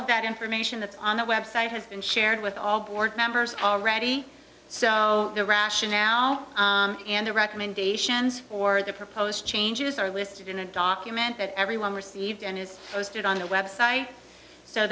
of that information that's on the website has been shared with all board members already so the rationale and the recommendations for the proposed changes are listed in a document that everyone received and is posted on the website so